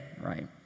right